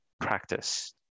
practice